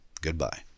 goodbye